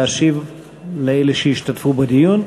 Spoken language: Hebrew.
להשיב לאלה שהשתתפו בדיון.